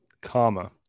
Comma